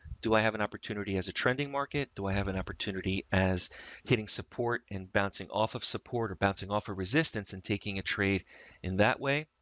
do i have an opportunity as a trending market? do i have an opportunity as hitting support and bouncing off of support or bouncing off a resistance and taking a trade in that way?